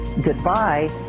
goodbye